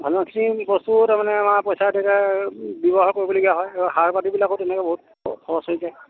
মানুহখিনি বস্তু তাৰমানে আমাৰ পইচা ব্যৱহাৰ তেতিয়া কৰিব লগীয়া হয় সাৰ পাতিবিলাকো তেনেকৈ বহুত খৰচ হৈ যায়